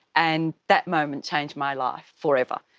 and that moment changed my life forever.